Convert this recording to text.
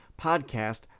podcast